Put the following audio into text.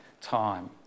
time